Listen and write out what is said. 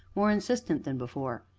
more insistent than before,